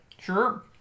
Sure